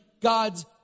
God's